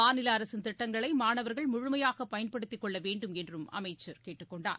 மாநில அரசின் திட்டங்களை மாணவர்கள் முழுமையாக பயன்படுத்திக் கொள்ள வேண்டும் என்றும் அமைச்சர் கேட்டுக் கொண்டார்